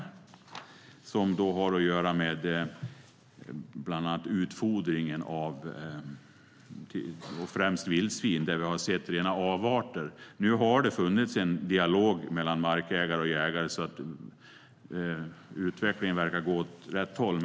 Den har att göra med bland annat utfodringen av främst vildsvin. Där har vi sett rena avarter. Nu har det funnits en dialog mellan markägare och jägare, och utvecklingen verkar gå åt rätt håll.